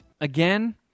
again